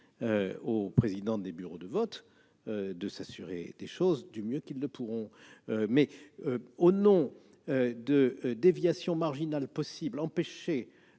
aux présidents des bureaux de vote de s'assurer des choses du mieux qu'ils le pourront. Empêcher, au nom de déviations marginales possibles, le